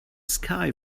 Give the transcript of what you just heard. sky